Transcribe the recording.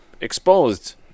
exposed